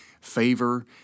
favor